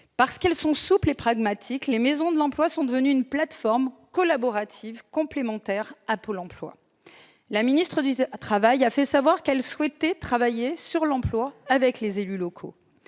de l'emploi, souples et pragmatiques, sont devenues une plateforme collaborative, complémentaire à Pôle emploi. La ministre du travail a fait savoir qu'elle souhaitait travailler sur l'emploi avec les élus locaux.